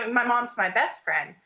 my mom's my best friend.